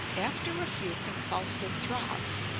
after a few convulsive throbs,